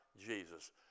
Jesus